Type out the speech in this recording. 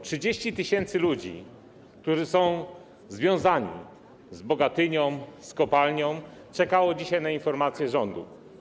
30 tys. ludzi, którzy są związani z Bogatynią, z kopalnią, czekało dzisiaj na informację rządu.